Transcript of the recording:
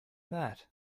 that